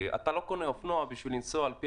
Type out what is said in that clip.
אתה לא קונה אופנוע בשביל לנסוע על פי